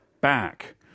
back